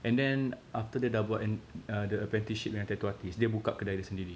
and then after the dia dah buat the apprenticeship dengan tattoo artist dia buka kedai dia sendiri